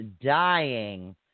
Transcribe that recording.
dying